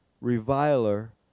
reviler